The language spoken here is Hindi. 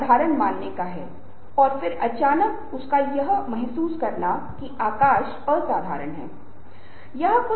जैसा कि मैंने आपको वॉइस क्लिप के साथ सर्वेक्षण में बताया था